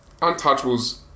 Untouchables